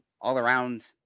all-around